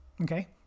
Okay